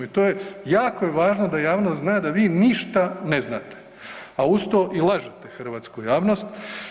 I to je, jako je važno da javnost zna da vi ništa ne znate, a uz to i lažete hrvatsku javnost.